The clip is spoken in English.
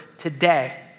Today